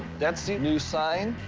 that's the new sign.